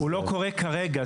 הוא לא קורה כרגע,